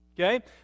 Okay